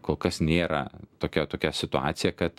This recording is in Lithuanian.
kol kas nėra tokia tokia situacija kad